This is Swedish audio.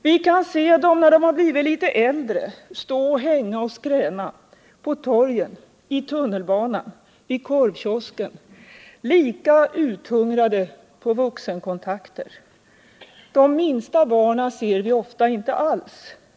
Vi kan se dem när de har blivit lite äldre stå och hänga och skräna på torgen, i tunnelbanan, vid korvkiosken, lika uthungrade på vuxenkontakter. De minsta barnen ser vi ofta inte alls.